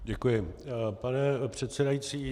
Děkuji, pane předsedající.